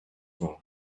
wrong